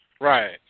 Right